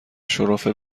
شرف